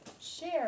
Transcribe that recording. share